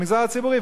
במגזר הציבורי,